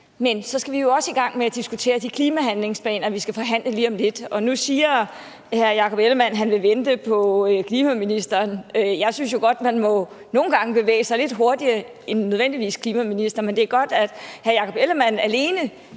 men vi skal jo også i gang med at diskutere de klimahandlingsplaner, vi skal forhandle lige om lidt. Og nu siger hr. Jakob Ellemann-Jensen, at han vil vente på klimaministeren, men jeg synes jo godt, at man nogle gange må bevæge sig lidt hurtigere end klimaministeren. Men det er godt, at hr Jakob Ellemann-Jensen